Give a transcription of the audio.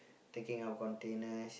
taking out containers